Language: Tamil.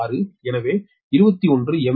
6 எனவே 21 MVAR